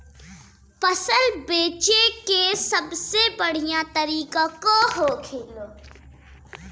फसल बेचे का सबसे बढ़ियां तरीका का होखेला?